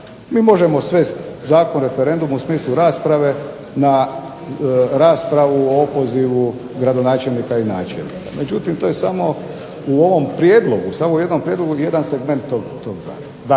Mi možemo svest Zakon o referendumu u smislu rasprave na raspravu opozivu gradonačelnika i načelnika, međutim to je samo u ovom prijedlogu samo u jednom prijedlogu gdje je jedan segment tog zakona.